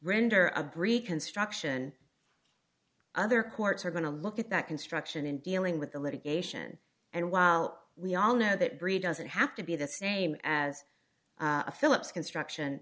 render a brief construction other courts are going to look at that construction in dealing with the litigation and while we all know that greed doesn't have to be the same as a philips construction